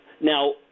now